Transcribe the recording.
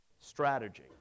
strategy